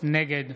נגד